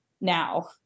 now